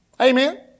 Amen